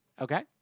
Okay